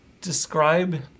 describe